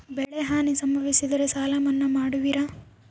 ಬೆಳೆಹಾನಿ ಸಂಭವಿಸಿದರೆ ಸಾಲ ಮನ್ನಾ ಮಾಡುವಿರ?